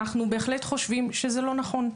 אנחנו בהחלט חושבים שזה לא נכון.